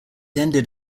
ended